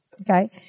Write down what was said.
okay